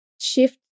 shift